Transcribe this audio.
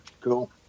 Cool